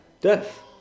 Death